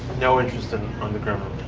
no interest in underground